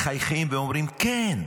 מחייכים ואומרים: כן,